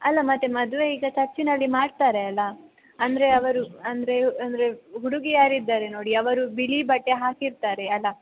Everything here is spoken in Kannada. ಅಲ್ಲ ಮತ್ತೆ ಮದುವೆ ಈಗ ಚರ್ಚಿನಲ್ಲಿ ಮಾಡ್ತಾರೆ ಅಲ್ಲಾ ಅಂದರೆ ಅವರು ಅಂದರೆ ಅಂದರೆ ಹುಡುಗಿ ಯಾರು ಇದ್ದಾರೆ ನೋಡಿ ಅವರು ಬಿಳಿ ಬಟ್ಟೆ ಹಾಕಿರ್ತಾರೆ ಅಲ್ಲಾ